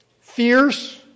fierce